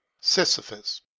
Sisyphus